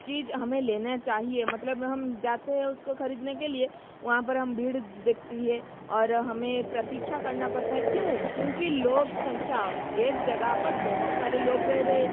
चीज़ हमें लेना चाहिए मतलब हम जाते हैं उसको ख़रीदने के लिए वहाँ पर हम भीड़ देखते हैं और हमें प्रतीक्षा करना पड़ता है क्यों क्योंकि लोक संख्या एक जगह पर बहुत सारे लोग रह रहें